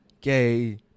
gay